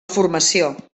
formació